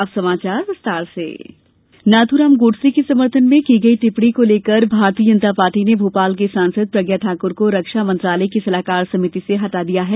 प्रज्ञा कार्यवाई नाथुराम गोड़से के समर्थन में की गई टिप्पणी को लेकर भारतीय जनता पार्टी ने भोपाल की सांसद प्रज्ञा ठाक्र को रक्षा मंत्रालय की सलाहकार समिति से हटा दिया है